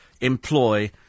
employ